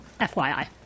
FYI